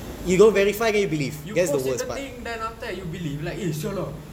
you post in the thing then after that you believe like eh !siala!